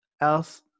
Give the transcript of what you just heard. else